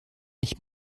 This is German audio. nicht